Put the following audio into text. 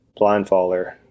Blindfaller